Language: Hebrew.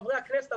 חברי הכנסת,